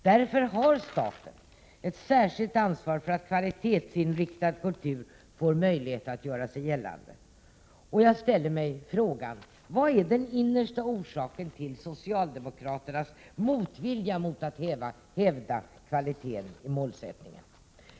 Därför har staten ett särskilt ansvar för att kvalitetsinriktad kultur får möjlighet att göra sig gällande. Jag ställer mig frågan: Vad är den innersta orsaken till socialdemokraternas motvilja mot att hävda kvalitet i målsättningen?